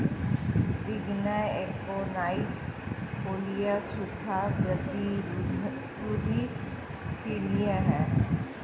विग्ना aconitifolia सूखा प्रतिरोधी फलियां हैं